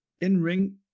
In-ring